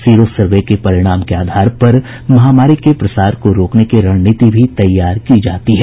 sero survey के परिणाम के आधार पर महामारी के प्रसार को रोकने की रणनीति भी तैयार की जाती है